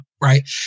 Right